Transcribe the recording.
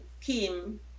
Kim